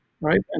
right